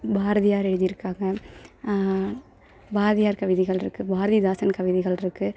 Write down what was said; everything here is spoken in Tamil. பாரதியார் எழுதியிருக்காங்க பாரதியார் கவிதைகள் இருக்குது பாரதிதாசன் கவிதைகள் இருக்குது